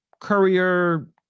Courier